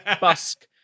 busk